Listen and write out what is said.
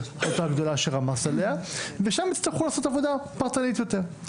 הגדולה שרמזת עליה ושם יצטרכו לעשות עבודה פרטנית יותר,